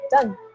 done